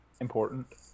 Important